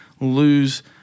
lose